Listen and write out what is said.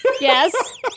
Yes